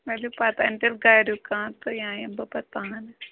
ؤلِو پَتہٕ اَنہِ تیٚلہِ گَریُک کانٛہہ تہٕ یا یِمہٕ بہٕ پَتہٕ پانہٕ